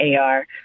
AR